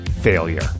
failure